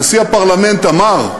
עכשיו, נשיא הפרלמנט אמר,